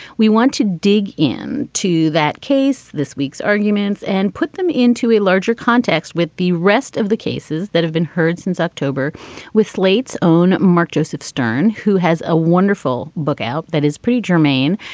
we want to dig in to that case. this week's arguments and put them into a larger context with the rest of the cases that have been heard since october with slate's own mark joseph stern, who has a wonderful book out that is pretty germane.